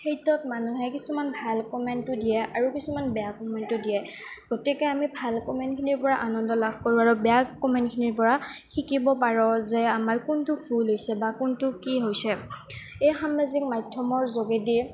সেইটোত মানুহে কিছুমান ভাল কমেণ্টটো দিয়ে আৰু কিছুমান বেয়া কমেণ্টটো দিয়ে গতিকে আমি ভাল কমেণ্টখিনিৰ পৰা আনন্দ লাভ কৰোঁ আৰু বেয়া কমেণ্টখিনিৰ পৰা শিকিব পাৰোঁ যে আমাৰ কোনটো ভুল হৈছে বা কোনটো কি হৈছে এই সামাজিক মাধ্যমৰ যোগেদি